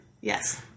yes